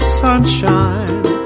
sunshine